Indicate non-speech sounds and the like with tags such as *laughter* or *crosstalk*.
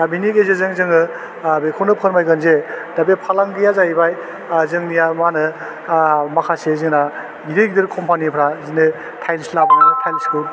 दा बिनि गेजेरजों जोङो आह बेखौनो फोरमायगोन जे दा बे फालांगिया जाहैबाय आह जोंनिया मा होनो आह माखासे जोना गिदिर गिदिर कम्पानिफ्रा बिदिनो तायेलस *unintelligible* तायेलसखौ